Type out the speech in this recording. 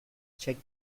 check